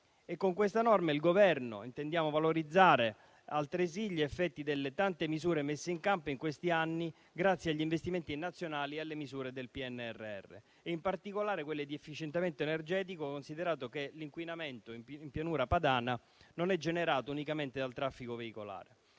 Con questa norma il Governo intende valorizzare altresì gli effetti delle tante misure messe in campo in questi anni grazie agli investimenti nazionali e alle misure del PNRR, in particolare quelle di efficientamento energetico, considerato che l'inquinamento in Pianura padana non è generato unicamente dal traffico veicolare.